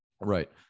Right